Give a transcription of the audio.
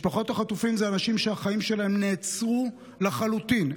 משפחות החטופים הן אנשים שהחיים שלהם נעצרו לחלוטין,